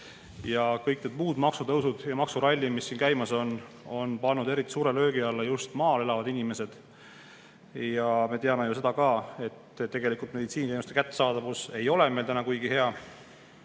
ja kõik muud maksutõusud ja maksuralli, mis siin käimas on, on pannud eriti suure löögi alla just maal elavad inimesed. Me teame ju seda ka, et tegelikult meditsiiniteenuste kättesaadavus ei ole meil täna kuigi hea.